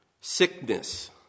sickness